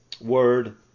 word